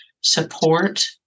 support